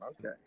Okay